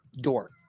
door